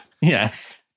Yes